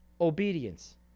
obedience